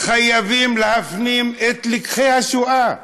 חייבים להפנים את לקחי השואה.